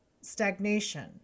stagnation